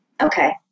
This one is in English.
Okay